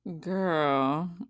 Girl